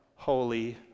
Holy